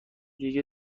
دیگه